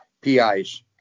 PIs